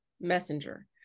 messenger